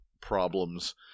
problems